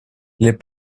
les